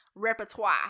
Repertoire